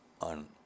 on